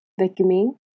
Vacuuming